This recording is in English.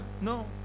No